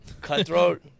Cutthroat